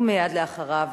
ומייד לאחריו,